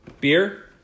beer